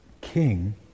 King